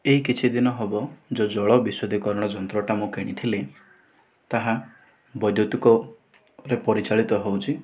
ଏହି କିଛି ଦିନ ହେବ ଯେଉଁ ଜଳ ବିଶୁଦ୍ଧିକରଣ ଯନ୍ତ୍ରଟା ମୁଁ କିଣିଥିଲି ତାହା ବୈଦୁତିକରେ ପରିଚାଳିତ ହେଉଛି